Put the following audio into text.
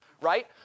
right